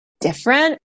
different